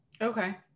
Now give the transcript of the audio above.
Okay